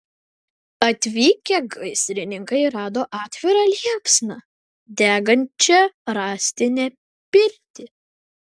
atvykę gaisrininkai rado atvira liepsna degančią rąstinę pirtį